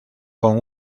con